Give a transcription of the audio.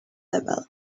level